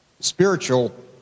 Spiritual